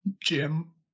Jim